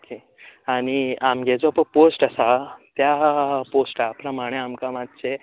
okay आनी आमगे जो पळय पोस्ट आसा त्या पोस्टा प्रमाणे आमकां मात्शें